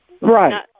Right